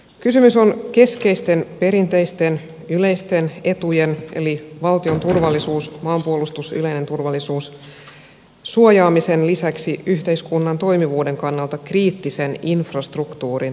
kysymys on keskeisten perinteisten yleisten etujen eli valtion turvallisuuden maanpuolustuksen yleisen turvallisuuden suojaamisen lisäksi yhteiskunnan toimivuuden kannalta kriittisen infrastruktuurin toimivuuden varmistamisesta